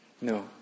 No